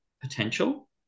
potential